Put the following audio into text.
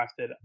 crafted